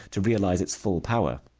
to realize its full power.